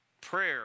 Prayer